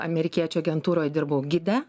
amerikiečių agentūroj dirbau gide